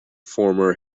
former